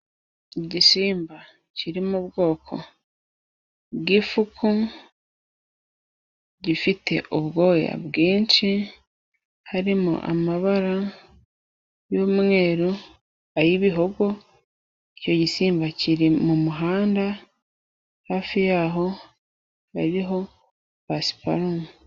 Igisimba kiri mu bwoko bw'ifuku gifite ubwoya bwinshi, harimo amabara y'umweru, ay'ibihogo, icyo gisimba kiri mu muhanda, hafi yaho bariho basiparomu.